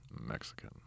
Mexican